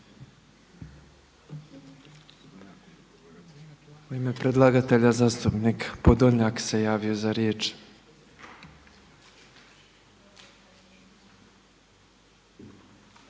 U ime predlagatelja zastupnik Podolnjak se javio za riječ.